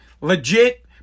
legit